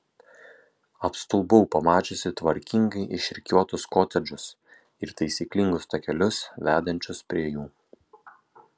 apstulbau pamačiusi tvarkingai išrikiuotus kotedžus ir taisyklingus takelius vedančius prie jų